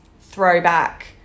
throwback